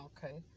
Okay